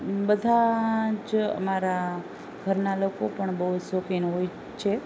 બધાં જ મારા ઘરના લોકો પણ બહુ જ શોખીન હોય છે